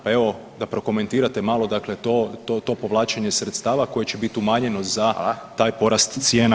Pa evo da prokomentirate malo dakle to povlačenje sredstava koje će biti umanjeno za taj porast cijena.